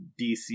DC